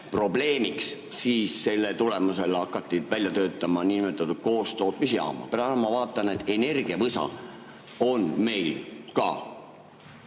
probleemiks, siis selle tulemusel hakati välja töötama niinimetatud koostootmisjaama. Praegu ma vaatan, et energiavõsa on meil ka